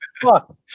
Fuck